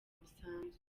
busanzwe